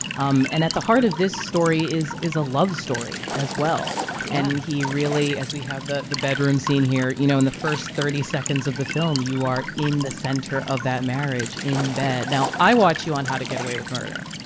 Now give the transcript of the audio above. um and at the heart of this story is is a love story as well yeah and he really as we have the the bedroom scene here you know, in the first thirty seconds of the film, you are in the center of that marriage in bed. now, i watch you on how to get away with murder.